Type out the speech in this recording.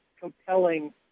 compelling